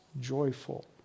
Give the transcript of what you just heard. joyful